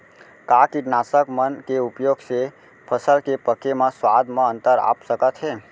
का कीटनाशक मन के उपयोग से फसल के पके म स्वाद म अंतर आप सकत हे?